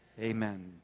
amen